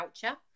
voucher